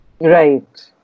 Right